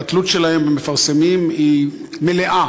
והתלות שלהם במפרסמים היא מלאה,